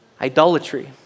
Idolatry